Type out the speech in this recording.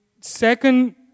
second